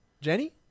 Jenny